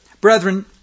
Brethren